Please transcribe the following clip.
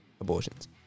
abortions